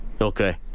Okay